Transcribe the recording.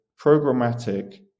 programmatic